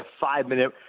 five-minute